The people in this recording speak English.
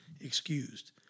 excused